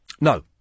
No